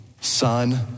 Son